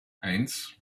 eins